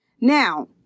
Now